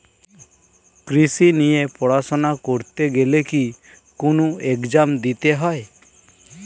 কৃষি নিয়ে পড়াশোনা করতে গেলে কি কোন এগজাম দিতে হয়?